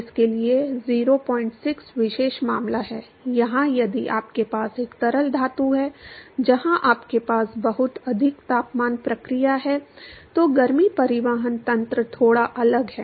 इसके लिए 06 विशेष मामला है जहां यदि आपके पास एक तरल धातु है जहां आपके पास बहुत अधिक तापमान प्रक्रिया है तो गर्मी परिवहन तंत्र थोड़ा अलग है